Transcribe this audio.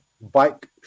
bike